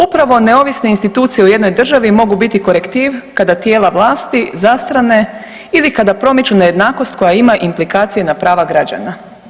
Upravo neovisne institucije u jednom državi mogu biti korektiv kada tijela vlasti zastrane ili kada promiču nejednakost koja ima implikacije na prava građana.